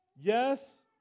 Yes